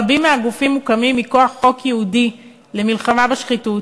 רבים מהגופים מוקמים מכוח חוק ייעודי למלחמה בשחיתות,